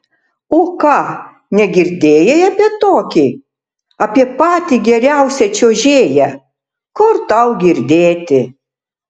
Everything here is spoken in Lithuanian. o ką negirdėjai apie tokį apie patį geriausią čiuožėją kur tau girdėti